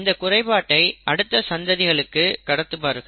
இந்தக் குறைபாட்டை அடுத்த சந்ததிக்கு கடத்துவார்கள்